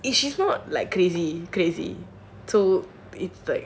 if she's not like crazy crazy so it's like